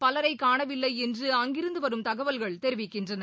பலரை காணவில்லை என்றும் அங்கிருந்து வரும் தகவல்கள் தெரிவிக்கின்றன